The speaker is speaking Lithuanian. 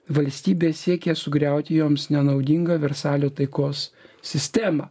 valstybės siekė sugriauti joms nenaudingą versalio taikos sistemą